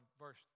verse